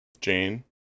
Jane